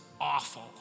awful